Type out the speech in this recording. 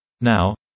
Now